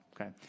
okay